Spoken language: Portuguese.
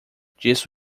disse